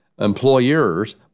employers